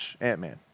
Ant-Man